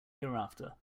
hereafter